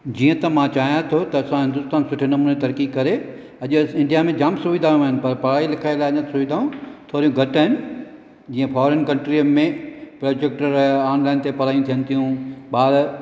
जीअं त मां चाहियां थो त असांजो हिंदूस्तान सुठे नमूने तरक़ी करे अॼु इंडिया में जाम सुविधाऊं आहिनि पर पढ़ाई लिखाई लाइ न सुविधाऊं थोरी घटि आहिनि जीअं फॉरेन कंट्रीअ में प्रोजेक्टर आंगनि ते पढ़ाई थिअनि थियूं ॿार